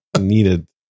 needed